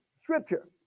scripture